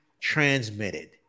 transmitted